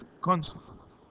conscience